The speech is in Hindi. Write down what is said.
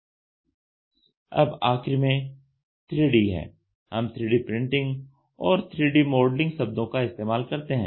अब आख़िरी में 3D है हम 3D प्रिंटिंग और 3D मॉडलिंग शब्दों का इस्तेमाल करते हैं